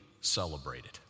celebrated